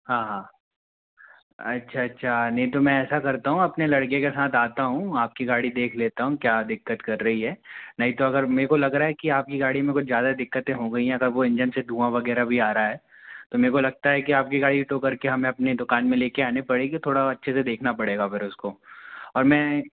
हाँ हाँ अच्छा अच्छा नहीं तो मैं ऐसा करता हूँ अपने लड़के के साथ आता हूँ आपकी गाड़ी देख लेता हूँ क्या दिक्कत कर रही है नहीं तो अगर मे को लग रहा हैं कि आपकी गाड़ी मे कुछ जयदा दिक्कतें हो गईं है वो इंजन से धुआँ वग़ैरह भी आ रहा है तो मेरे को लगता है कि आपकी गाड़ी टो कर के हमें अपने दुकान में ले कर आने पड़ेगी थोड़ा और अच्छे से देखना पड़ेगा फिर उसको और मैं